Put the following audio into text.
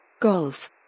Golf